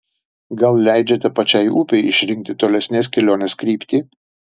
gal leidžiate pačiai upei išrinkti tolesnės kelionės kryptį